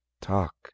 talk